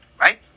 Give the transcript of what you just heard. right